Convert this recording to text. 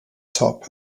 top